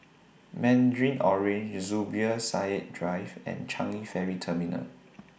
Mandarin Orange Zubir Said Drive and Changi Ferry Terminal